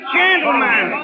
gentlemen